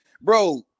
Bro